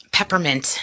Peppermint